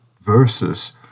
versus